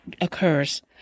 occurs